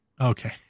okay